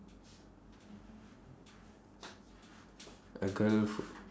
a girl